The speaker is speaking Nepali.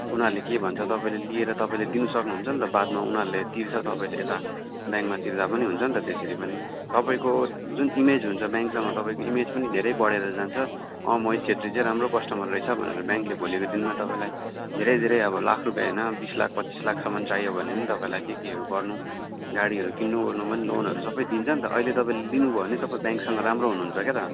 उनीहरूले के भन्छ तपाईँ लिएर तपाईँले दिनु सक्नुहुन्छ नि त बादमा उनीहरूले तिर्छ तपाईँले यता ब्याङ्कमा तिर्दा पनि हुन्छ नि त त्यसरी पनि तपाईँको जुन इमेज हुन्छ ब्याङ्कसँग तपाईँको इमेज पनि धेरै बढेर जान्छ अँ मोहित छेत्री चाहिँ राम्रो कस्टमर रहेछ भनेर ब्याङ्कले भोलिको दिनमा तपाईँलाई धेरै धेरै अब लाख रुपियाँ होइन बिस लाख पच्चिस लाखसम्म चाहियो भने पनि तपाईँलाई के केहरू गर्नु गाडीहरू किन्नुओर्नु पनि लोनहरू सबै दिन्छ नि त अहिले तपाईँले लिनुभयो भने तपाईँ ब्याङ्कसँग राम्रो हुनुहुन्छ क्या त